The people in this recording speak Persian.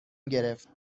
گرفت